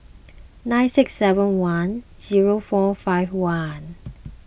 nine six seven one zero four five one